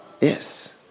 Yes